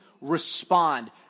respond